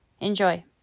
Enjoy